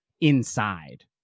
inside